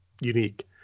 unique